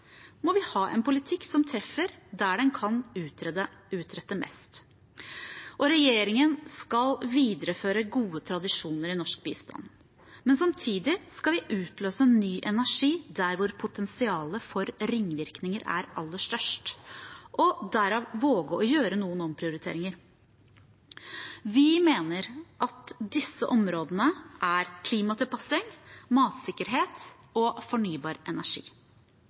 må vi ha en politikk som treffer der den kan utrette mest. Regjeringen skal videreføre gode tradisjoner i norsk bistand, men samtidig skal vi utløse ny energi der hvor potensialet for ringvirkninger er aller størst, og derav våge å gjøre noen omprioriteringer. Vi mener at disse områdene er klimatilpassing, matsikkerhet og fornybar energi.